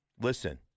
listen